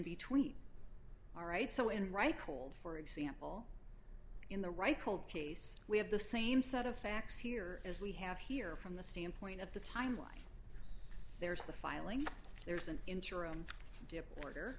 between all right so and right cold for example in the right cold case we have the same set of facts here as we have here from the standpoint of the time line there's the filing there's an interim order